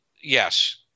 yes